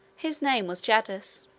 his name was jaddus.